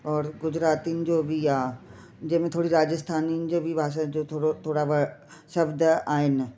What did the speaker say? और गुजरातीयुनि जो बि आहे जंहिंमें थोरी राजस्थानी जो बि भाषा जो थोरो थोरा शब्द आहिनि